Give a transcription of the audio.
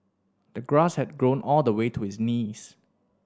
the grass had grown all the way to his knees